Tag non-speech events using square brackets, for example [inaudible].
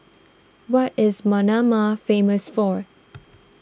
what is Manama famous for [noise]